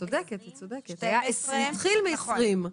זה התחיל מ-20.